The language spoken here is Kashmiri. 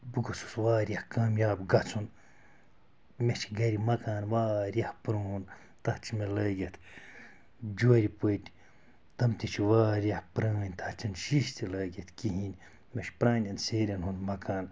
بہٕ گوٚژھُس واریاہ کامیاب گژھُن مےٚ چھُ گھرِ مکان واریاہ پرٛیٛون تَتھ چھِ مےٚ لٲگِتھ جورِ پٔٹۍ تِم تہِ چھِ واریاہ پرٛٲنۍ تَتھ چھِنہٕ شیٖشہِ تہِ لٲگِتھ کِہیٖنۍ مےٚ چھُ پرٛانیٚن سیریٚن ہُنٛد مکان